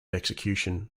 execution